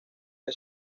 que